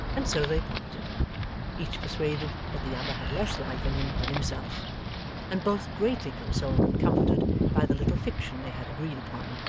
and so they parted each persuaded that the other had less life in him than himself and both greatly consoled and comforted by the little fiction they had agreed upon,